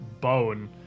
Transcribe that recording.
bone